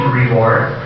reward